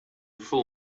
full